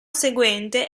seguente